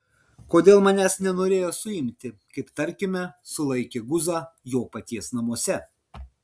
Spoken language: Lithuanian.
kodėl manęs nenorėjo suimti kaip tarkime sulaikė guzą jo paties namuose